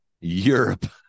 Europe